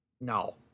No